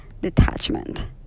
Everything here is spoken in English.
detachment